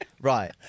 Right